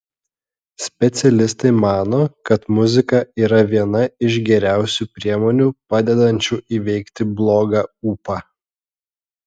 specialistai mano kad muzika yra viena iš geriausių priemonių padedančių įveikti blogą ūpą